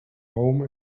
home